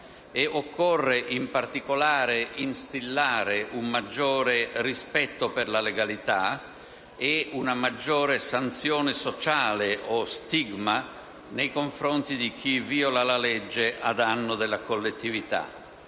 Occorre in particolare instillare un maggior rispetto per la legalità e una maggiore sanzione sociale o stigma nei confronti di chi viola la legge a danno della collettività.